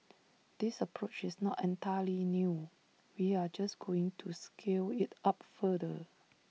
this approach is not entirely new we are just going to scale IT up further